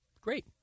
great